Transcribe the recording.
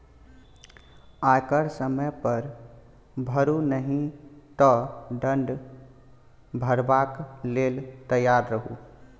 आयकर समय पर भरू नहि तँ दण्ड भरबाक लेल तैयार रहु